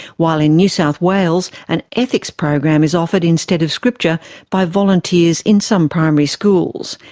while in new south wales an ethics program is offered instead of scripture by volunteers in some primary schools.